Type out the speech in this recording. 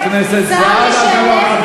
חברת הכנסת זהבה גלאון,